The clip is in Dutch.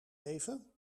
even